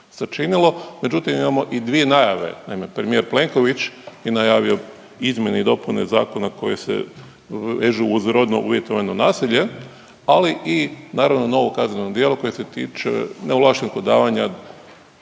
sačinilo, međutim, imamo i dvije najave, naime, premijer Plenković je najavio izmjene i dopune zakona koje se vežu uz rodno uvjetovano nasilje, ali i naravno novo kazneno djelo koje se tiče neovlaštenog odavanja